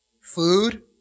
Food